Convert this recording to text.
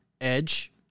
Edge